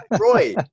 Roy